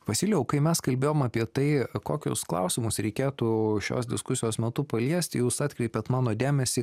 vasilijau kai mes kalbėjom apie tai kokius klausimus reikėtų šios diskusijos metu paliesti jūs atkreipėt mano dėmesį